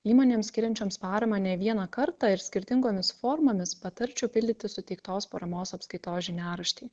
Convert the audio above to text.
įmonėms skiriančioms paramą ne vieną kartą ir skirtingomis formomis patarčiau pildyti suteiktos paramos apskaitos žiniaraštį